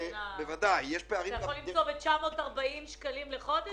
אתה יכול למצוא ב-940 שקלים לחודש,